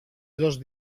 dos